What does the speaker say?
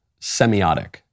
semiotic